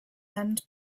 end